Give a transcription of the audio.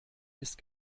ist